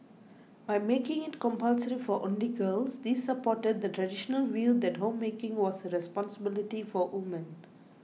by making it compulsory for only girls this supported the traditional view that homemaking was a responsibility for women